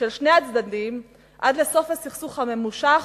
של שני הצדדים עד לסוף הסכסוך הממושך,